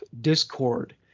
Discord